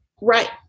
Right